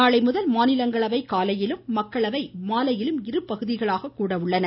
நாளைமுதல் மாநிலங்களவை காலையிலும் மக்களவை மாலையிலும் இரண்டு பகுதிகளாக கூட உள்ளன